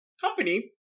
Company